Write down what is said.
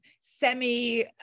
semi